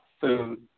food